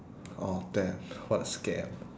oh damn what a scam